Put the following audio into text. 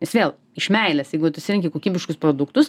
nes vėl iš meilės jeigu tu išsirenki kokybiškus produktus